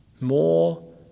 more